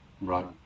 Right